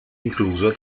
incluso